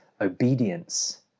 Obedience